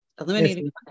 eliminating